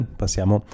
passiamo